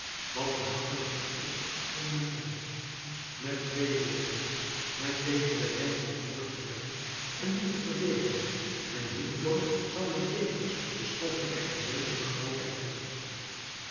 zij wat gemakkelijker is dan men meent met twee woorden men wete den rijkdom voort te brengen en dien te verdeelen en hierdoor zal men tevens de stoffelijke en de zedelijke grootheid hebben